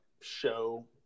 show